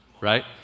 right